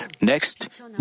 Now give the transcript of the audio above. Next